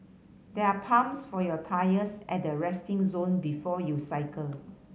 there are pumps for your tyres at the resting zone before you cycle